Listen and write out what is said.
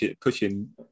pushing